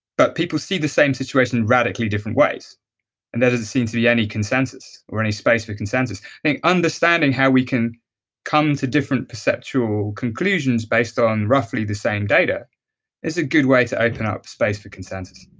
but people see the same situation in radically different ways, and there that doesn't seem to be any consensus or any space for consensus. i think understanding how we can come to different perceptual conclusions based on roughly the same data is a good way to open up space for consensus